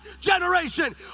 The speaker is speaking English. generation